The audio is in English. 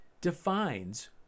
defines